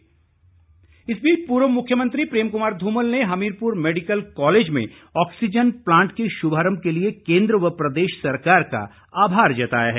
धुमल इस बीच पूर्व मुख्यमंत्री प्रेम कुमार ध्रमल ने हमीरपुर मेडिकल कॉलेज में ऑक्सीजन प्लांट के शुभारंभ के लिए केंद्र व प्रदेश सरकार का आभार जताया है